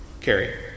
Carrie